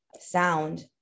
Sound